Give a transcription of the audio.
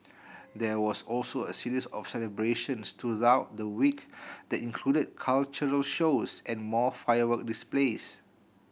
there was also a series of celebrations throughout the week that included cultural shows and more firework displays